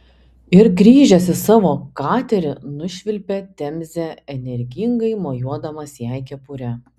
ir grįžęs į savo katerį nušvilpė temze energingai mojuodamas jai kepure